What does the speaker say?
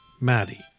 Maddie